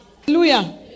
Hallelujah